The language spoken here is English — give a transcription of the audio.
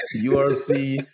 URC